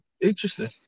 interesting